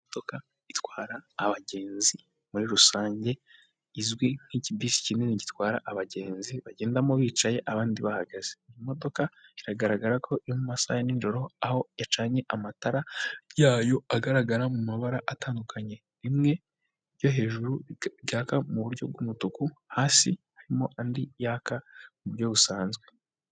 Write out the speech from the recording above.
Imodoka itwara abagenzi muri rusange izwi nk'ikibusi kinini gitwara abagenzi bagendamo bicaye abandi bahagaze imodoka iragaragara ko iri mu masaha ya nijoro aho yacanye amatara yayo agaragara mu mabara atandukanye rimwe yo hejuru ryaka muburyo bw'umutuku hasi harimo andi yaka mu buryo busanzwe.